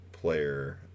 player